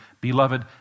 Beloved